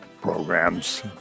programs